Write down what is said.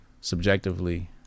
subjectively